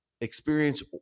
experience